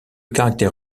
caractère